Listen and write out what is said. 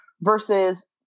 versus